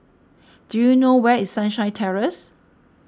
do you know where is Sunshine Terrace